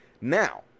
Now